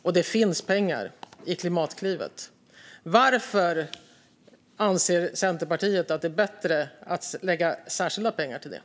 Och det finns pengar i Klimatklivet. Varför anser Centerpartiet att det är bättre att lägga särskilda pengar på detta?